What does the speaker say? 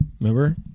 remember